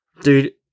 Dude